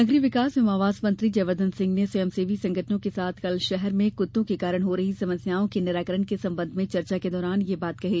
नगरीय विकास एवं आवास मंत्री जयवर्द्वन सिंह ने स्वयंसेवी संगठनों के साथ कल शहर में कुत्तों के कारण हो रही समस्याओं के निराकरण के संबंध में चर्चा के दौरान यह बात कही